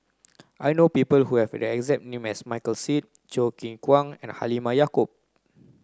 I know people who have the exact name Michael Seet Choo Keng Kwang and Halimah Yacob